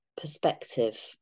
perspective